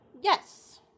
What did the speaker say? Yes